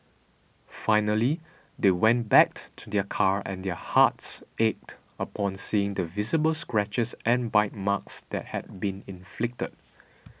finally they went back to their car and their hearts ached upon seeing the visible scratches and bite marks that had been inflicted